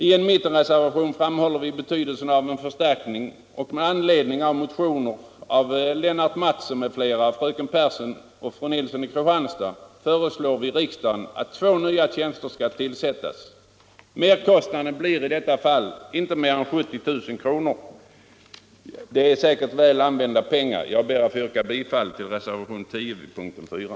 I en mittenreservation framhåller vi betydelsen av en förstärkning, och med anledning av motioner av herr Mattsson i Lane-Herrestad m.fl. samt av fröken Pehrsson och fru Nilsson i Kristianstad föreslår vi riksdagen att två nya tjänster skall inrättas. Merkostnaden blir i detta fall inte större än 70 000 kr. ; det är säkert väl använda pengar. Jag ber att få yrka bifall till reservationen 10 vid punkten 4.